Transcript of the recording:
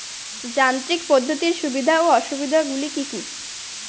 যান্ত্রিক পদ্ধতির সুবিধা ও অসুবিধা গুলি কি কি?